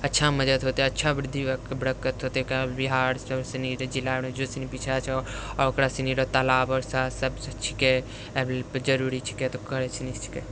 अच्छा मदद हेतै अच्छा वृद्धि बरकत हेतै काहे बिहार जे सनी जिला जे सनी पिछाँ छै आओर ओकरा सनी रऽ तालाब आओर सब छिकै अब जरूरी छिकै तऽ करै सनी छिकै